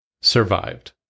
survived